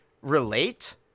relate